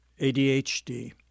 ADHD